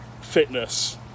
fitness